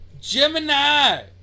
Gemini